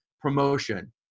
promotion